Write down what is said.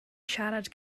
siarad